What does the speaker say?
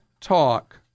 talk